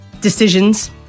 decisions